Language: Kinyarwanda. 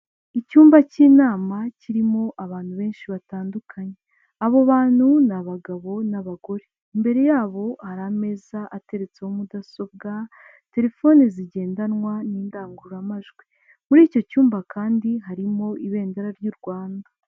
Icyumba cy'inama kirimo abantu benshi batandukanye. Abo bantu ni abagabo n'abagore. Imbere yabo hari ameza ateretseho mudasobwa, telefoni zigendanwa n'indangururamajwi. Muri icyo cyumba kandi harimo ibendera ry'u Rwanda.